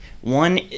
one